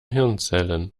hirnzellen